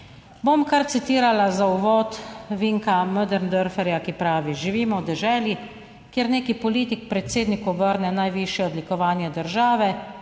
Bom kar citirala za uvod Vinka Möderndorferja, ki pravi: Živimo v deželi, kjer neki politik, predsednik, vrne najvišje odlikovanje države